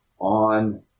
on